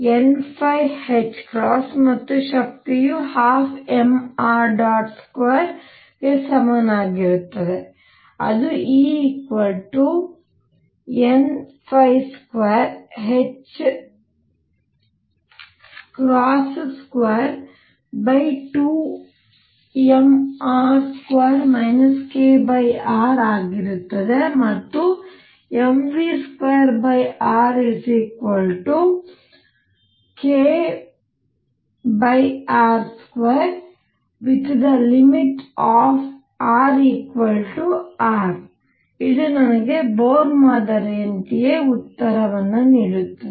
L n ಮತ್ತು ಶಕ್ತಿಯು 12mr2 ಗೆ ಸಮನಾಗಿರುತ್ತದೆ ಅದು E n222mR2 kr ಆಗಿರುತ್ತದೆ ಮತ್ತು mv2rkr2 |rRಇದು ನನಗೆ ಬೋರ್ ಮಾದರಿಯಂತೆಯೇ ಉತ್ತರವನ್ನು ನೀಡುತ್ತದೆ